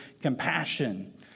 compassion